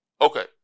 Okay